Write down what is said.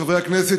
חברי הכנסת,